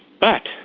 but